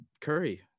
Curry